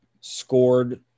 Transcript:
scored